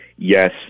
Yes